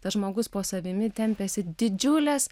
tas žmogus po savimi tempiasi didžiules